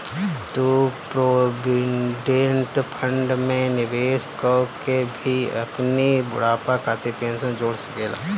तू provident fund में निवेश कअ के भी अपनी बुढ़ापा खातिर पेंशन जोड़ सकेला